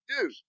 dude